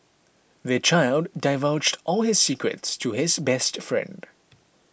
the child divulged all his secrets to his best friend